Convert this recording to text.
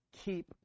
keep